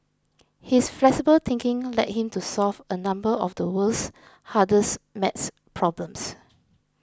his flexible thinking led him to solve a number of the world's hardest math problems